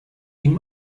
ihm